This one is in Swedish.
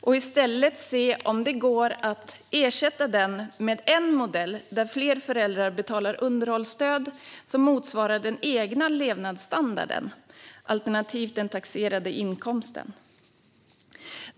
Vi ska i stället se om det går att ersätta denna med en modell där fler föräldrar betalar underhållsstöd som motsvarar den egna levnadsstandarden alternativt den taxerade inkomsten.